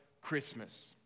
Christmas